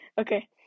Okay